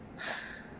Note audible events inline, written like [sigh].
[breath]